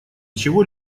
чего